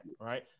right